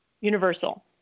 Universal